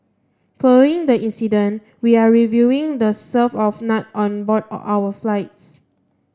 following the incident we are reviewing the serve of nut on board our flights